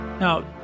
Now